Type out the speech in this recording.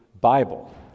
Bible